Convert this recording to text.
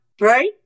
Right